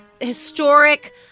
historic